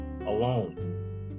alone